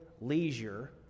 leisure